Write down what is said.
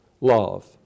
love